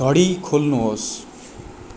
घडी खोल्नुहोस्